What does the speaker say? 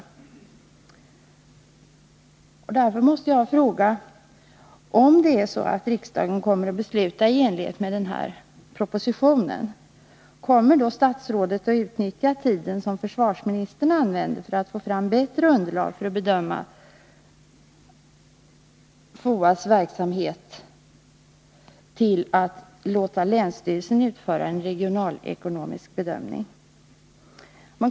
Därför måste jag fråga: Kommer statsrådet, om riksdagen beslutar i enlighet med propositionen, att utnyttja tiden, som försvarsministern använder för att få fram ett bättre underlag för att bedöma FOA:s verksamhet, och låta länsstyrelsen utföra en regionalekonomisk bedömning?